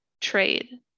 trade